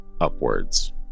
Upwards